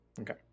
Okay